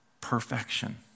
perfection